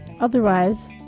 otherwise